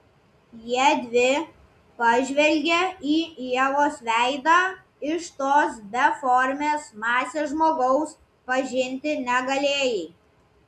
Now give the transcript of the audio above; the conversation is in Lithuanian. jiedvi pažvelgė į ievos veidą iš tos beformės masės žmogaus pažinti negalėjai